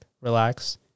relax